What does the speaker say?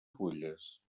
fulles